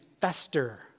fester